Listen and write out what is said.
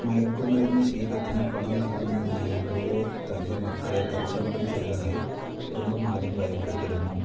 മയക്കു മരുന്ന് ശീലത്തിന് പണം നൽകുന്നതിനായി ലുവോങ് തൻ്റെ മക്കളെ കച്ചവടം ചെയ്തതായി കുടുംബം ആദ്യം ഭയപ്പെട്ടിരുന്നു